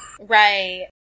Right